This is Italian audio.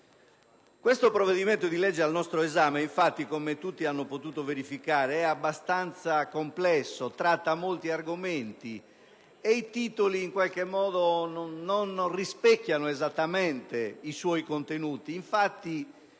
Questo provvedimento al nostro esame, infatti, come tutti hanno potuto verificare, è abbastanza complesso: tratta molti argomenti, e i titoli non rispecchiano esattamente i suoi contenuti.